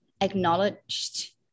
acknowledged